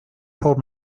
told